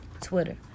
Twitter